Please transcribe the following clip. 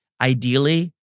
Ideally